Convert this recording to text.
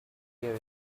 here